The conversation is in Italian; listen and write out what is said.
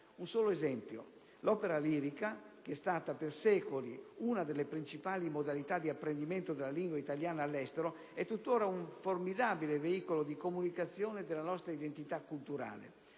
un solo esempio, l'opera lirica, che è stata per secoli una delle principali modalità di apprendimento della lingua italiana all'estero, è tuttora un formidabile veicolo di comunicazione della nostra identità culturale.